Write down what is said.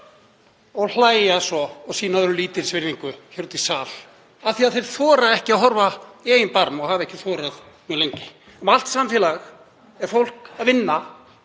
og hlæja svo og sýna öðrum lítilsvirðingu hér úti í sal af því að þeir þora ekki að líta í eigin barm og hafa ekki þorað mjög lengi. Um allt samfélag vinnur fólk eftir